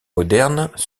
modernes